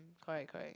correct correct